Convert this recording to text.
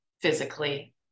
physically